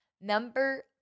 Number